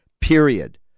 period